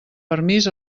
permís